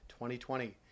2020